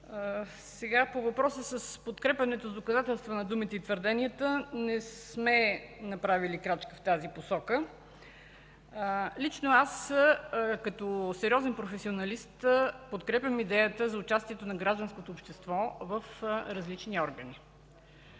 По въпроса за подкрепянето на думите и твърденията с доказателства не сме направили крачка в тази посока. Лично аз, като сериозен професионалист, подкрепям идеята за участието на гражданското общество в различни органи.